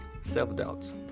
self-doubt